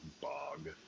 bog